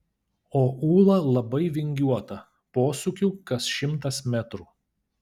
o ūla labai vingiuota posūkių kas šimtas metrų